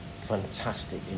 fantastic